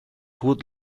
would